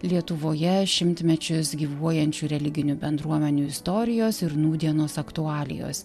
lietuvoje šimtmečius gyvuojančių religinių bendruomenių istorijos ir nūdienos aktualijos